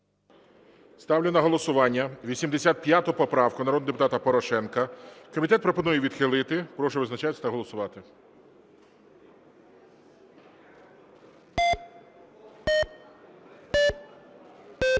Ставлю на голосування 91 поправку народної депутатки Южаніної. Комітет пропонує її відхилити. Прошу визначатися та голосувати.